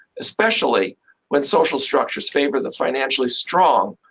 especially when social structures favor the financially strong.